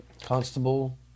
Constable